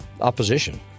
opposition